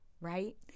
Right